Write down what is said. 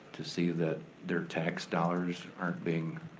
to see that their tax dollars aren't being,